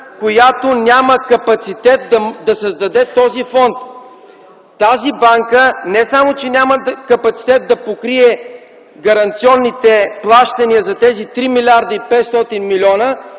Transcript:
която няма капацитет да създаде този фонд. Тази банка не само че няма капацитет да покрие гаранционните плащания за тези 3 млрд. 500 млн.